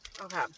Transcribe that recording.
okay